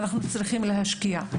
אנחנו צריכים להשקיע,